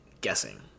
guessing